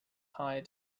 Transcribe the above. higher